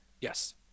Yes